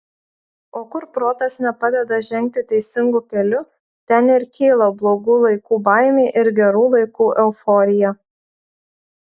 o kur protas nepadeda žengti teisingu keliu ten ir kyla blogų laikų baimė ir gerų laikų euforija